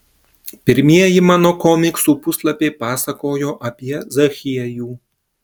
pirmieji mano komiksų puslapiai pasakojo apie zachiejų